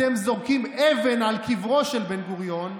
אתם זורקים אבן על קברו של בן-גוריון,